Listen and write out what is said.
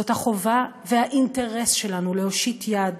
החובה והאינטרס שלנו הם להושיט יד